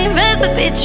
recipe